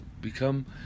Become